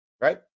right